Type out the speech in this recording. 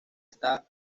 está